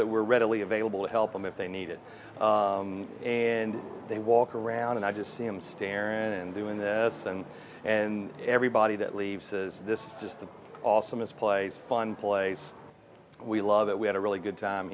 that we're readily available to help them if they need it and they walk around and i just see him staring and doing this and and everybody that leaves says this is just awesome it's place fun place we love it we had a really good time